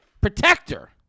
protector